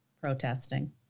protesting